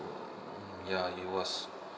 ya it was